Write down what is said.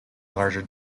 larger